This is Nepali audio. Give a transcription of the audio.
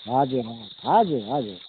हजुर हजुर हजुर